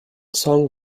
song